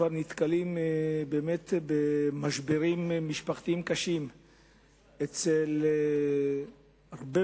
כבר נתקלים באמת במשברים משפחתיים קשים אצל הרבה